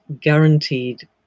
guaranteed